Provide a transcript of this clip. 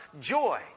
Joy